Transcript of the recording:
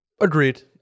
Agreed